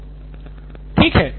professor ठीक है